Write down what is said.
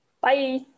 Bye